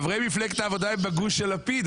חברי מפלגת העבודה הם בגוש של לפיד,